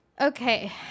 Okay